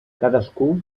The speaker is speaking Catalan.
cadascú